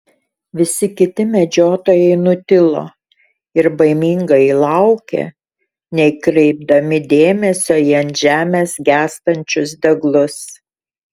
visi kiti medžiotojai nutilo ir baimingai laukė nekreipdami dėmesio į ant žemės gęstančius deglus